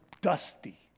dusty